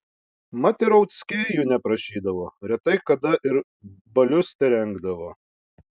mat ir rauckiai jų neprašydavo retai kada ir balius terengdavo